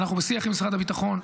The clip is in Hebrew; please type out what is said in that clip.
אנחנו בשיח עם משרד הביטחון.